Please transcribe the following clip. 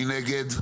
הצבעה בעד, 6 נגד,